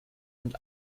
und